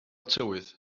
tywydd